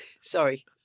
sorry